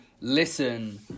listen